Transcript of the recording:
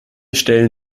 stellen